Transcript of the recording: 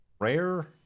rare